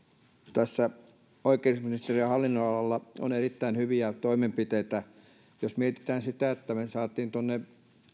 tässä oikeusministeriön hallinnonalalla on erittäin hyviä toimenpiteitä jos mietitään sitä että me saimme tuonne